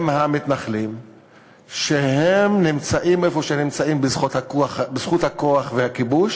עם המתנחלים שנמצאים איפה שהם נמצאים בזכות הכוח והכיבוש